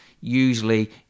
Usually